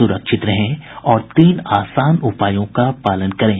सुरक्षित रहें और इन तीन आसान उपायों का पालन करें